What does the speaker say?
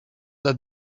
that